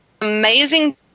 amazing